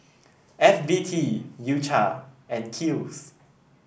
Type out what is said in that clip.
F B T U Cha and Kiehl's